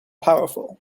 powerful